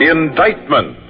Indictment